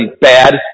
bad